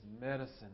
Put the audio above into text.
medicine